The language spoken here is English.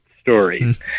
stories